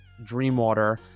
DreamWater